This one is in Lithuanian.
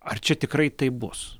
ar čia tikrai taip bus